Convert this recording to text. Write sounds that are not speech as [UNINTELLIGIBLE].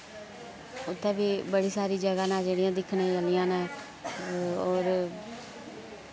उत्थै बी बड़ी सारी जगह न जेह्ड़ी दिक्खने [UNINTELLIGIBLE] न और